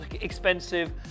expensive